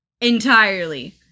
entirely